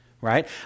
right